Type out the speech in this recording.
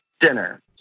dinner